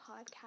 podcast